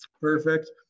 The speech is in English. Perfect